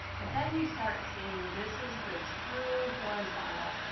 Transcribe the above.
but then, you start seeing this is the true horizontal.